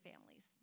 families